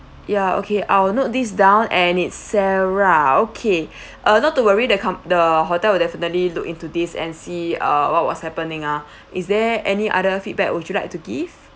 ya okay I will note these down and it sarah okay uh not to worry that the hotel will definitely look into this and see uh what was happening ah is there any other feedback would you like to give